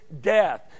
death